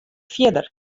fierder